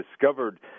discovered